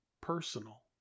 personal